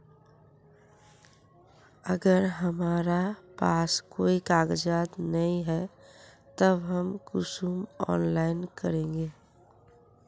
अगर हमरा पास कोई कागजात नय है तब हम कुंसम ऑनलाइन करबे?